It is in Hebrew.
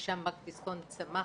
משם בנק דיסקונט צמח,